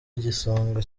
igisonga